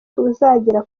tuzagera